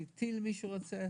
ו-CT למי שרוצה.